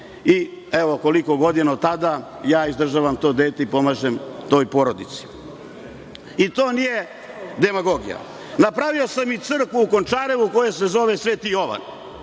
i evo koliko godina od tada ja izdržavam to dete i pomažem toj porodici. To nije demagogija. Napravio sam i crkvu u Končarevu, koja se zove Sveti Jovan,